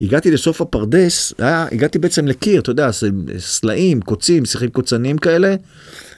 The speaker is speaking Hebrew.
הגעתי לסוף הפרדס הגעתי בעצם לקיר אתה יודע סלעים קוצים שיחים קוצניים כאלה.